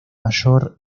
mayor